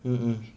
mm mm